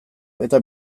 eta